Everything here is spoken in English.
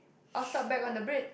I'll start back on the Brit